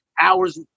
hours